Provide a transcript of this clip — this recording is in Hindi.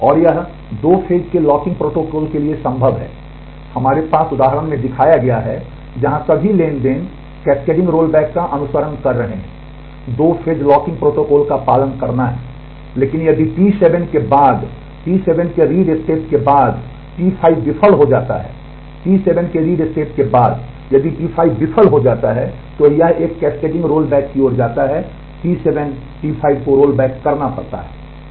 और यह दो फेज के लॉकिंग प्रोटोकॉल के लिए संभव है हमारे पास उदाहरण में दिखाया गया है जहां सभी ट्रांज़ैक्शन कैस्केडिंग रोलबैक का अनुसरण कर रहे हैं दो फेज लॉकिंग प्रोटोकॉल का पालन करना है लेकिन यदि T7 के बाद T7 के read स्टेप के बाद T5 विफल हो जाता है T7 के read स्टेप के बाद यदि T5 विफल हो जाता है तो यह एक कैस्केडिंग रोलबैक की ओर जाता है T7 T5 को रोलबैक करना पड़ता है